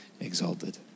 exalted